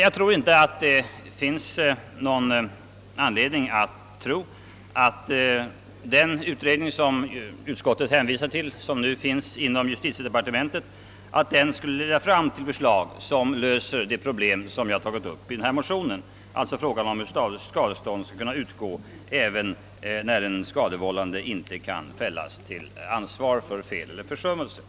Jag tror inte att det finns någon anledning att tro att den utredning som utskottet hänvisar till — den utredning som pågår inom justitiedepartementet — skulle leda fram till förslag som löser de problem jag tagit upp i denna motion; frågan om hur skadestånd skall kunna utgå även när en skadevållande inte kan fällas till ansvar för fel eller försummelse.